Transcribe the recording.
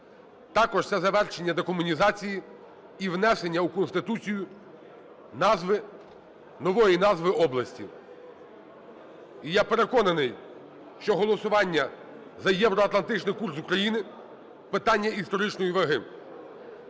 Також це завершення декомунізації і внесення в Конституцію назви, нової назви області. І я переконаний, що голосування за євроатлантичний курс України – питання історичної ваги.